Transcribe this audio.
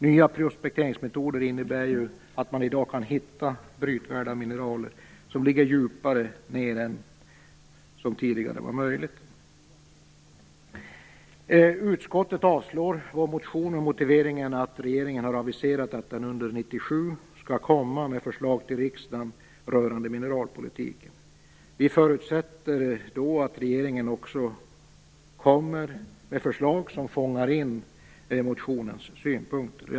Nya prospekteringsmetoder innebär ju att man i dag kan hitta brytvärda mineraler som ligger djupare ned än vad som tidigare var möjligt. Utskottet avstyrker vår motion med motiveringen att regeringen har aviserat att den under 1997 skall lägga fram förslag inför riksdagen rörande mineralpolitiken. Vi förutsätter då att regeringens förslag också fångar in synpunkterna i motionen.